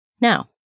Now